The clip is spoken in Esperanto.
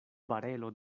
barelo